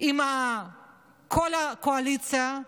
עם כל הקואליציה,